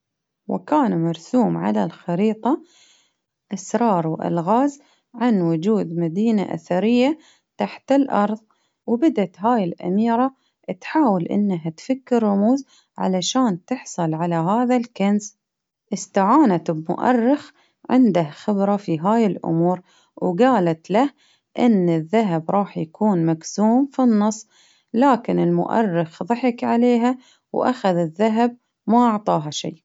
وكان مرسوم على الخريطة أسراروألغاز عن وجود مدينة أثرية تحت الأرض، وبدت هاي الأميرة تحاول إنها تفك الرموز، علشان تحصل على هذا الكنز، إستعانت بمؤرخ عنده خبرة في هاي الأمور وقالت له إن الذهب راح يكون مقسوم في النص، لكن المؤرخ ضحك عليها وأخذ الذهب، ما عطاها شيء.